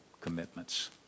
commitments